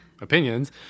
opinions